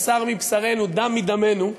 בשר מבשרנו, דם מדמנו,